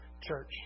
church